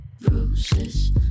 Bruises